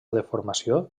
deformació